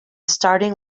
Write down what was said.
starting